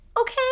okay